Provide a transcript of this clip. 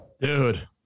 Dude